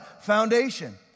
foundation